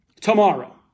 tomorrow